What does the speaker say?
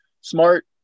smart